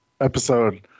episode